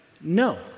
No